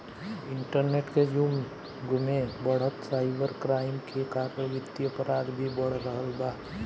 internet के जुग में बढ़त साइबर क्राइम के कारण वित्तीय अपराध भी बढ़ रहल बा